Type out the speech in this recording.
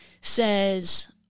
says